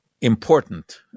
important